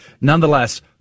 nonetheless